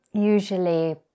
usually